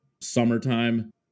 summertime